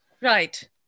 Right